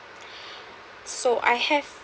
so I have